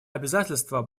обязательство